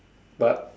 but